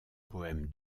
poème